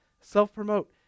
self-promote